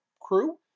crew